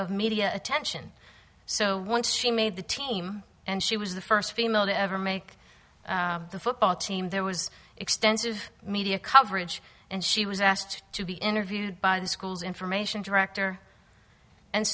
of media attention so once she made the team and she was the first female to ever make the football team there was extensive media coverage and she was asked to be interviewed by the school's information director and